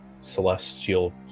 celestial